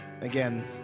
again